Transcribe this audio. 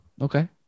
Okay